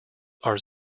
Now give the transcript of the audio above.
are